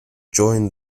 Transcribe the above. join